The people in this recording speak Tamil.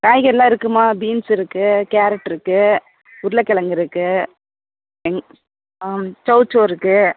காய்கறிலாம் இருக்குதும்மா பீன்ஸ் இருக்குது கேரட் இருக்குது உருளக்கெலங்கு இருக்குது சௌவ்சௌவ் இருக்குது